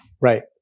Right